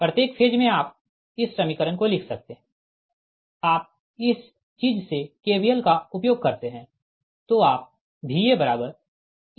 प्रत्येक फेज में आप इस समीकरण को लिख सकते है आप इस चीज़ से KVL का उपयोग करते है